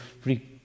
Free